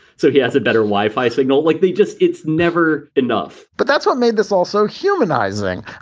so he has a better wi-fi signal like they just it's never enough but that's what made this also humanizing.